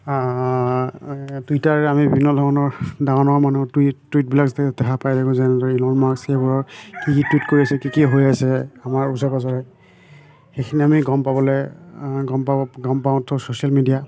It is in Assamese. টুইটাৰ আমি বিভিন্ন ধৰণৰ ডাঙৰ ডাঙৰ মানুহৰ টুইট টুইটবিলাক দেখা পাই থাকো যেনেদৰে ইল'ন মাস্ক সেইবোৰৰ কি কি টুইট কৰিছে কি কি হৈ আছে আমাৰ ওচৰ পাঁজৰে সেইখিনি আমি গম পাবলৈ গম পাব গম পাওঁ থ্ৰু ছ'চিয়েল মিডিয়া